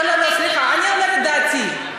לא, סליחה, אני אומרת את דעתי.